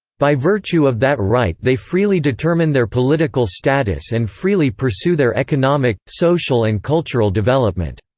by virtue of that right they freely determine their political status and freely pursue their economic, social and cultural development.